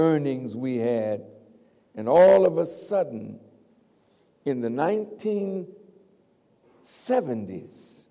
earnings we had and all of a sudden in the nineteen sevent